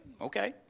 Okay